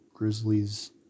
Grizzlies